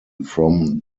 from